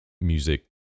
music